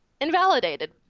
invalidated